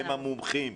שהם המומחים,